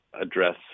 address